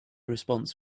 response